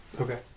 Okay